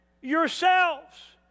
yourselves